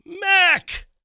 Mac